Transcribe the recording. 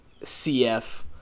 CF